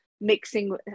mixing